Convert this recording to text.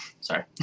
Sorry